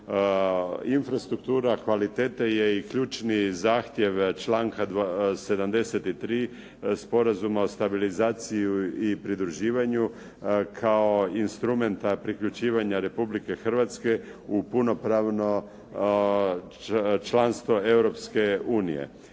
Infrastruktura kvalitete je i ključni zahtjev članka 73. sporazuma o stabilizaciji i pridruživanju kao instrumenta priključivanja Republike Hrvatske u punopravno članstvo Europske unije.